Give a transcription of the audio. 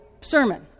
sermon